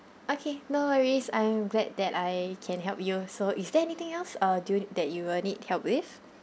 okay no worries I am glad that I can help you so is there anything else uh do you that you will need help with